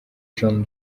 john